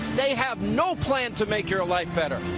they have no plan to make your life better.